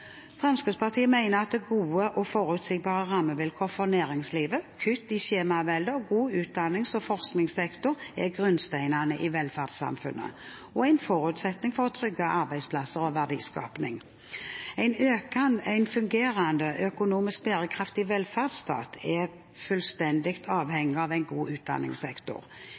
Fremskrittspartiet mener at gode og forutsigbare rammevilkår for næringslivet, kutt i skjemaveldet og en god utdannings- og forskningssektor er grunnsteinene i velferdssamfunnet og en forutsetning for å trygge arbeidsplasser og verdiskaping. En fungerende og økonomisk bærekraftig velferdsstat er fullstendig avhengig av en god utdanningssektor.